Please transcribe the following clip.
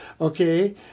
okay